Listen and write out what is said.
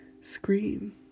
Scream